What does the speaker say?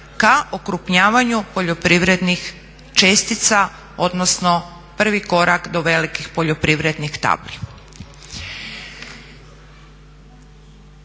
ka okrupnjavanju poljoprivrednih čestica, odnosno prvi korak do velikih poljoprivrednih tabli.